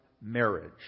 marriage